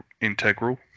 integral